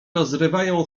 rozrywają